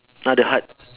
ah the hut